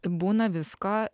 būna visko